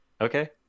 Okay